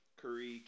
curry